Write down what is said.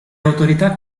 autorità